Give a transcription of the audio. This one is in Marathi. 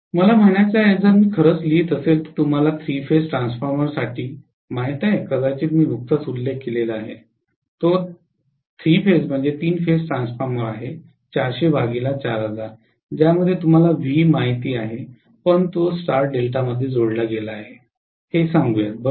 मला म्हणायचे आहे जर मी खरंच लिहीत असेल तर तुम्हाला थ्री फेज ट्रान्सफॉर्मरसाठी माहित आहे कदाचित मी नुकताच उल्लेख केला आहे तो तीन फेज ट्रान्सफॉर्मर आहे ज्यामध्ये तुम्हाला व्ही माहित आहे पण तो स्टार डेल्टामध्ये जोडला गेला आहे हे सांगूया बरोबर